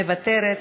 מוותרת,